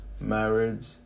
marriage